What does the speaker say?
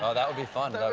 ah that would be fun.